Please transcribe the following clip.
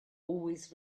always